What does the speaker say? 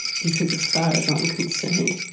because as far as i'm concerned,